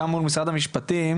גם מול משרד המשפטים,